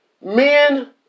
Men